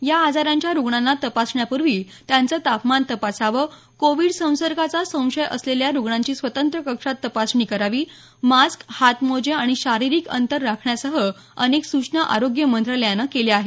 या आजारांच्या रुग्णांना तपासण्यापूर्वी त्यांचं तापमान तपासावं कोविड संसर्गाचा संशय असलेल्या रुग्णांची स्वतंत्र कक्षात तपासणी करावी मास्क हातमोजे आणि शारीरिक अंतर राखण्यासह अनेक सूचना आरोग्य मंत्रालयानं केल्या आहेत